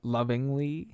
Lovingly